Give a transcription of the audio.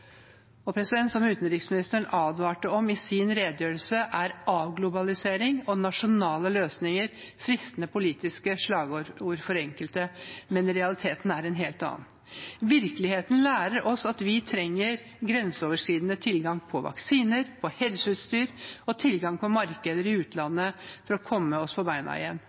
Som utenriksministeren advarte mot i sin redegjørelse, er avglobalisering og nasjonale løsninger fristende politiske slagord for enkelte, men realiteten er en helt annen. Virkeligheten lærer oss at vi trenger grenseoverskridende tilgang på vaksiner og helseutstyr og på markeder i utlandet for å komme oss på bena igjen